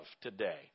today